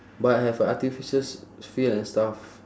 but have a artificial field and stuff